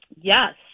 Yes